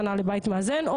שנה בבית מאזן,